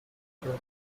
maker